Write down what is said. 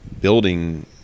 building